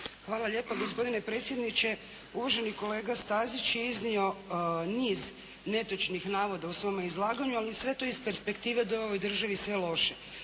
Hvala lijepo gospodine predsjedniče. Uvaženi kolega Stazić je iznio niz netočnih navoda u svome izlaganju, ali sve to iz perspektive da je u ovoj Državi sve loše.